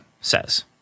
says